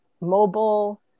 mobile